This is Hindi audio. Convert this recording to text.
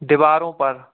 दीवारों पर